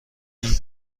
این